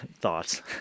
thoughts